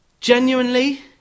genuinely